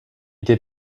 did